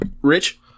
Rich